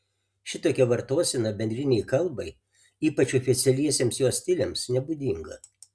šitokia vartosena bendrinei kalbai ypač oficialiesiems jos stiliams nebūdinga